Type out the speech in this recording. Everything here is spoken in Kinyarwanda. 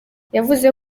yavuze